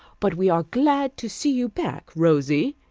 but we are glad to see you back, rosy,